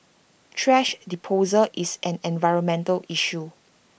thrash disposal is an environmental issue